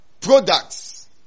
products